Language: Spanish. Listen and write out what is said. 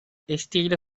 estilo